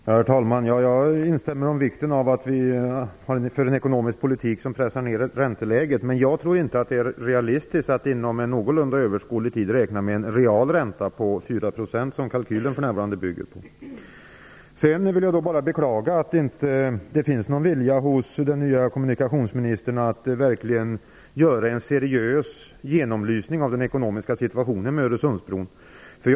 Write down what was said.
Herr talman! Jag instämmer i att det är viktigt att vi för en ekonomisk politik som pressar ner ränteläget. Men jag tror inte att det är realistiskt att inom en någorlunda överskådlig tid räkna med en realränta på 4 %, som kalkylen för närvarande bygger på. Sedan vill jag bara beklaga att det inte finns någon vilja hos den nya kommunikationsministern att verkligen göra en seriös genomlysning av den ekonomiska situationen beträffande Öresundsbron.